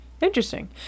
Interesting